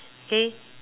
okay